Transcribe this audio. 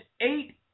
eight